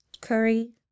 curry